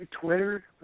Twitter